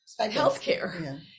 healthcare